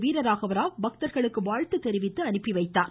வீரராகவராவ் பக்தர்களுக்கு வாழ்த்து தெரிவித்து அனுப்பி வைத்தார்